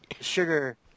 sugar